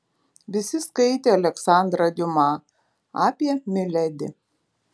visi skaitė aleksandrą diuma apie miledi